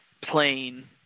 plane